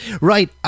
right